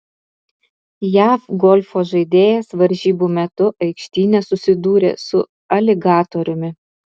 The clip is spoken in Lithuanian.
jav golfo žaidėjas varžybų metu aikštyne susidūrė su aligatoriumi